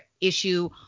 issue